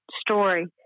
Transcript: story